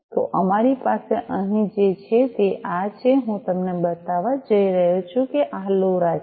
તો અમારી પાસે અહીં જે છે તે આ છે હું તમને બતાવવા જઈ રહ્યો છું કે આ લોરા છે